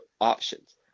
options